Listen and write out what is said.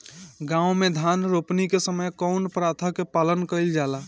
गाँव मे धान रोपनी के समय कउन प्रथा के पालन कइल जाला?